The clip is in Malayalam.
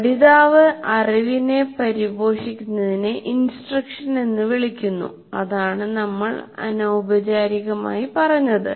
പഠിതാവ് അറിവിനെ പരിപോഷിപ്പിക്കുന്നതിനെ ഇൻസ്ട്രക്ഷൻ എന്ന് വിളിക്കുന്നു അതാണ് നമ്മൾ നമ്മൾ അനൌപചാരികമായി പറഞ്ഞത്